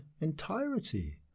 entirety